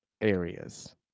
areas